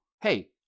Hey